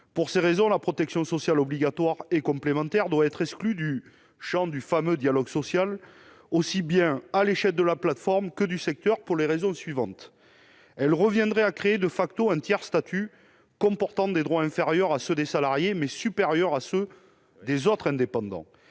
sociales, leur protection sociale obligatoire et complémentaire. Cette dernière doit être exclue du champ du fameux dialogue social, aussi bien à l'échelle de la plateforme que du secteur, et ce pour les raisons suivantes : cela reviendrait à créer un tiers-statut comportant des droits inférieurs à ceux des salariés, mais supérieurs à ceux des autres indépendants